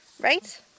right